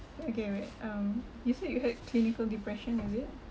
okay wait um you said you had clinical depression is it